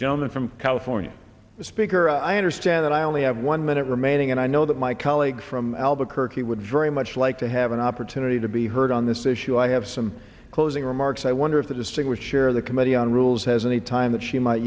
gentleman from california the speaker i understand that i only have one minute remaining and i know that my colleague from albuquerque would dream much like to have an opportunity to be heard on this issue i have some closing remarks i wonder if the distinguished share of the committee on rules has any time that she might